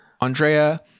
Andrea